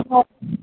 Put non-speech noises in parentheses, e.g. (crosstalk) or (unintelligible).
(unintelligible)